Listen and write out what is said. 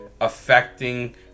affecting